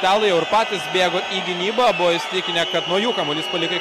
italai jau ir patys bėgo į gynybą buvo įsitikinę kad nuo jų kamuolys paliko